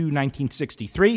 1963